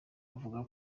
avuga